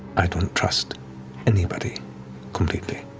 i don't trust anybody completely.